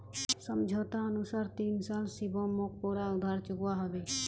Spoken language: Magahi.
समझोतार अनुसार तीन साल शिवम मोक पूरा उधार चुकवा होबे